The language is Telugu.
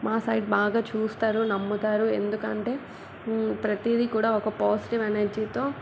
మా సైడ్ బాగా చూస్తారు నమ్ముతారు ఎందుకంటే ప్రతిది కూడా ఒక పాజిటివ్ ఎనర్జీతో